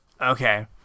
Okay